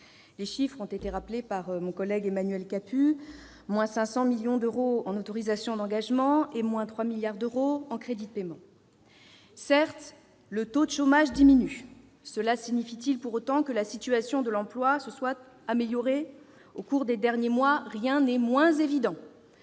cette baisse a été rappelée par mon collègue Emmanuel Capus : 500 millions d'euros en autorisations d'engagement et 3 milliards d'euros en crédits de paiement. Certes, le taux de chômage diminue. Cela signifie-t-il pour autant que la situation de l'emploi s'est améliorée au cours des derniers mois ? Rien n'est moins évident.